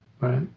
right